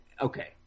Okay